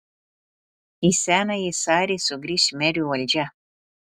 į senąjį sarį sugrįš merių valdžia